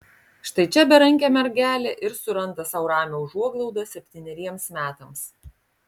štai čia berankė mergelė ir suranda sau ramią užuoglaudą septyneriems metams